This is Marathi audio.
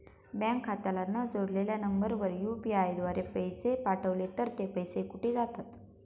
बँक खात्याला न जोडलेल्या नंबरवर यु.पी.आय द्वारे पैसे पाठवले तर ते पैसे कुठे जातात?